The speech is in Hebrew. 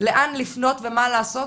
לאן לפנות ומה לעשות?